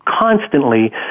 constantly